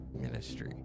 ministry